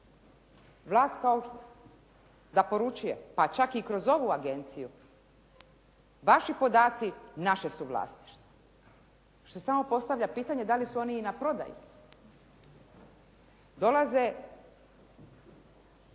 Vlast kao da poručuje, pa čak i kroz ovu agenciju, vaši podaci, naše su vlasništvo. Još se samo postavlja pitanje dali su oni i na prodaju? Dolaze